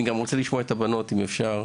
אני גם רוצה לשמוע את הבנות, אם אפשר.